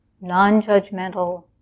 non-judgmental